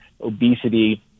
obesity